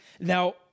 now